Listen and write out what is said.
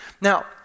Now